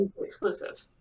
exclusive